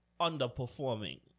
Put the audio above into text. underperforming